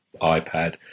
iPad